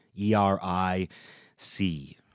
E-R-I-C